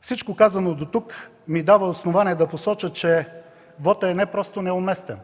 Всичко, казано дотук, ми дава основание да посоча, че вотът е не просто неуместен,